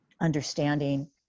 understanding